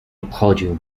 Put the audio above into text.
obchodził